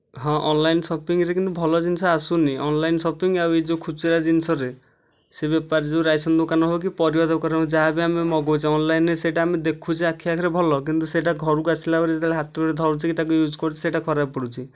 ହଁ ଅନଲାଇନ ସପିଙ୍ଗରେ କିନ୍ତୁ ଭଲ ଜିନିଷ ଆସୁନି ଅନଲାଇନ ସପିଙ୍ଗ ଆଉ ଏ ଯେଉଁ ଖୁଚୁରା ଜିନିଷରେ ସେ ବେପାରି ଯେଉଁ ରାସନ ଦୋକାନରୁ ହେଉ କି ପରିବା ଦୋକାନରୁ ଯାହା ବି ଆମେ ମଗାଉଛେ ଅନଲାଇନରେ ସେ'ଟା ଆମେ ଦେଖୁଛେ ଆଖି ଆଗରେ ଭଲ କିନ୍ତୁ ସେ'ଟା ଘରକୁ ଆସିଲା ପରେ ଯେତେବେଳେ ହାତରେ ଧରୁଛେ କି ତାକୁ ୟୁଜ କରୁଛେ ସେ'ଟା ଖରାପ ପଡ଼ୁଛି